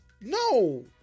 No